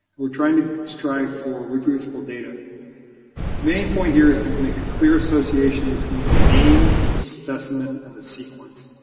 we're trying to strive for reproducible data. the main point here is to make a clear association between the name, the specimen, and the sequence.